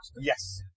Yes